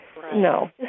No